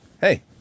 Hey